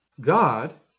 God